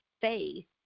faith